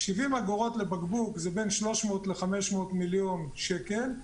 70 אגורות לבקבוק זה בין 300 ל-500 מיליון שקלים,